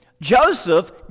Joseph